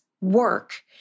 work